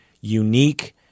unique